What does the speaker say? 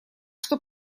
что